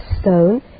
stone